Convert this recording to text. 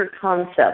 concept